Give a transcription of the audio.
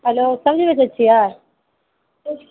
hello सब्जी बेचै छियै